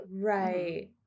Right